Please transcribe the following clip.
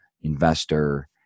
investor